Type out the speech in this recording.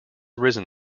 risen